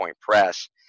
Press